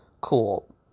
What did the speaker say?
cool